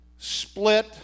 split